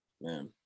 Man